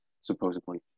supposedly